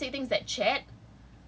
and then some basic things like chat